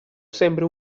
sembri